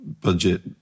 budget